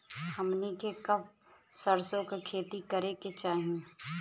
हमनी के कब सरसो क खेती करे के चाही?